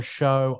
show